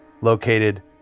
located